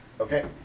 Okay